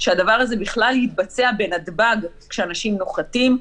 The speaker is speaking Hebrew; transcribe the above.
שהדבר הזה בכלל יתבצע בנתב"ג כשאנשים נוחתים.